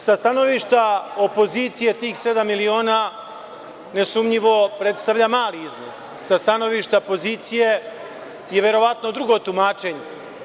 Sa stanovišta opozicije, tih sedam miliona, nesumnjivo predstavlja mali iznos, a sa stanovišta pozicije je verovatno drugo tumačenje.